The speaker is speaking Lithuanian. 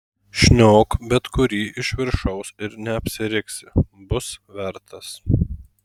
šniok bet kurį iš viršaus ir neapsiriksi bus vertas